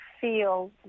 feel